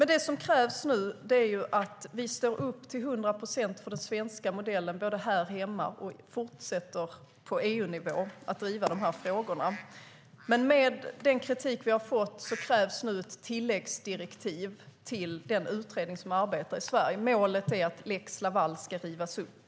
Nu krävs att vi till hundra procent står upp för den svenska modellen här hemma och att vi fortsätter att driva de här frågorna på EU-nivå. Med den kritik vi har fått krävs ett tilläggsdirektiv till den utredning som arbetar i Sverige. Målet är att lex Laval ska rivas upp.